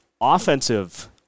offensive